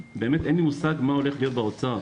אין לי מושג מה הולך להיות באוצר.